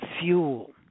fuel